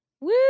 Woo